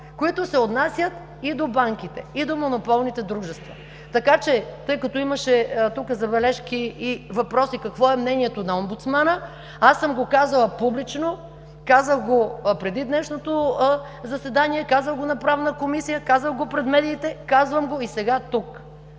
които се отнасят и до банките, и до монополните дружества. Тъй като тук имаше забележки и въпроси: какво е мнението на омбудсмана, аз съм го казала публично, казах го преди днешното заседание, казах го и на Правна комисия, казах го пред медиите, казвам го и сега тук.